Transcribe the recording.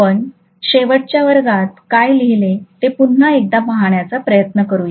आपण शेवटच्या वर्गात काय लिहिले ते पुन्हा एकदा पाहण्याचा प्रयत्न करूया